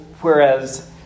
whereas